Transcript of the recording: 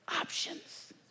options